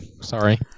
Sorry